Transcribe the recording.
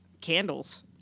candles